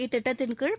இத்திட்டத்தின் கீழ்